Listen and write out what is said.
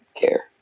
care